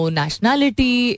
nationality